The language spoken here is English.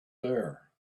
there